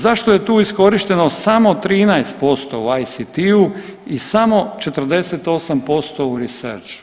Zašto je tu iskorišteno samo 13% u ICT-u i samo 48% u resurceu?